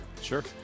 Sure